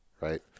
right